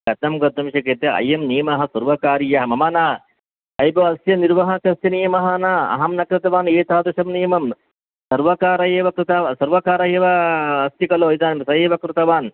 कथं कर्तुं शक्यते अयं नियमः सर्वकारीया मम न ऐ भोः अस्य निर्वहाकस्य नियमः न अहं न कृतवान् एतादृशं नियमं सर्वकारः एव कृतः सर्वकारः एव अस्ति खलु इदानीं स एव कृतवान्